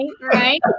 Right